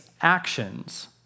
actions